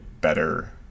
better